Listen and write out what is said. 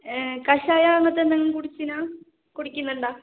കഷായം അങ്ങനത്തെ എന്തെങ്കിലും കുടിച്ചിന്നാ കുടിക്കുന്നുണ്ടോ